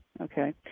Okay